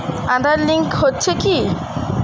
Aadhaar link হচ্ছে কি?